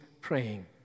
praying